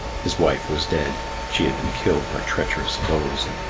his wife was dead she had been killed by treacherous foes.